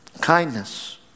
kindness